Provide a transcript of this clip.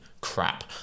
crap